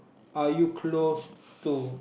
are you close to